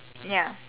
ya